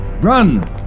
Run